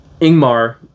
Ingmar